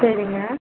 சரிங்க